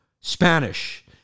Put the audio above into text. Spanish